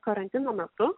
karantino metu